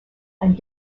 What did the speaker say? and